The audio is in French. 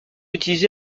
utilisé